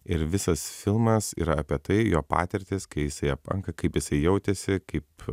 ir visas filmas yra apie tai jo patirtis kai jisai apanka kaip jisai jautėsi kaip